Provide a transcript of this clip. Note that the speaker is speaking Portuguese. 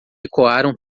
ecoaram